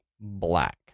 black